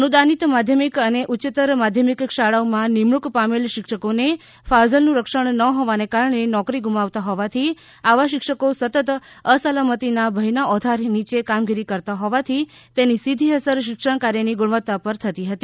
અનુદાનિત માધ્યમિક અને ઉચ્ચત્તર માધ્યમિક શાળાઓમાં નિમણૂક પામેલ શિક્ષકોને ફાજલનું રક્ષણ ન હોવાને કારણે નોકરી ગુમાવતા હોવાથી આવા શિક્ષકો સતત અસલામતીના ભયના ઓથાર નીચે કામગીરી કરતા હોવાથી તેની સીધી અસર શિક્ષણ કાર્યની ગુણવત્તા પર થતી હોઈ